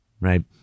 right